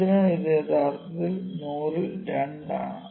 അതിനാൽ ഇത് യഥാർത്ഥത്തിൽ 100 ൽ 2 ആണ്